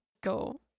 go